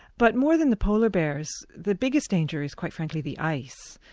but more than the polar bears, the biggest danger is, quite frankly, the ice,